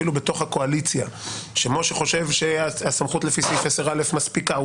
אפילו בתוך הקואליציה שמשה חושב שהסמכות לפי סעיף 10(א) מספיקה.